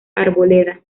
arboleda